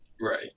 Right